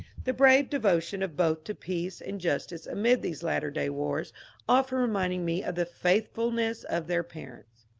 the brave devotion of both to peace and justice amid these latter-day wars often reminding me of the faithfulness of their parents.